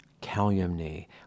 calumny